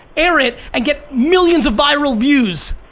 air it, and get millions of viral views.